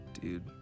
Dude